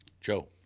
Joe